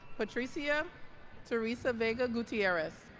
patricia teresa vega gutierrez